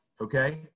Okay